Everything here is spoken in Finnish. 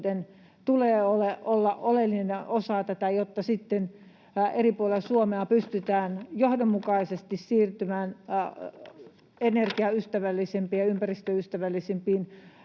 tulee olla oleellinen osa tätä, jotta sitten eri puolilla Suomea pystytään johdonmukaisesti siirtymään ympäristöystävällisimpiin